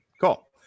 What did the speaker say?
Cool